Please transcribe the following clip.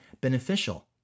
beneficial